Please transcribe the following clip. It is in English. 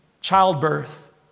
childbirth